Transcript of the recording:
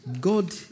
God